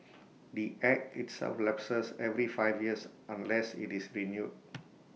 the act itself lapses every five years unless IT is renewed